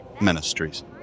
Ministries